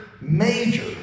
major